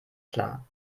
klar